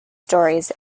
stories